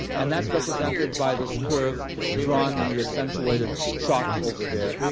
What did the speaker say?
and that's represented by this curve drawn in the accentuated chalk over here.